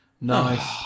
Nice